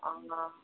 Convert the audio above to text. অঁ অঁ